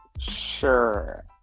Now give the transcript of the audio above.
Sure